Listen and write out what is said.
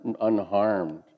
unharmed